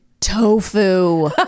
tofu